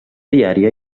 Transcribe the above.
diària